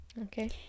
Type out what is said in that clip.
Okay